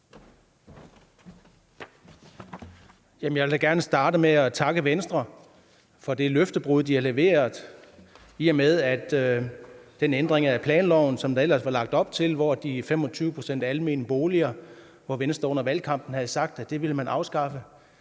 Jeg vil da gerne starte med at takke Venstre for det løftebrud, de har leveret, i og med at den ændring af planloven, som der ellers var lagt op til, hvor Venstre under valgkampen sagde, at man ville afskaffe